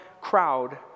crowd